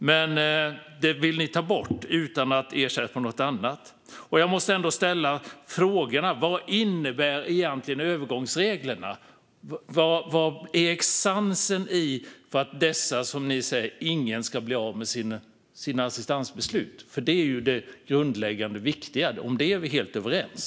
Men denna chans vill ni ta bort, utan att ersätta den med något annat. Jag måste ställa frågorna: Vad innebär egentligen övergångsreglerna? Vad är essensen i detta? Ni säger att ingen ska bli av med sitt assistansbeslut. Det är det grundläggande och viktiga - om det är vi helt överens.